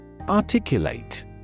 articulate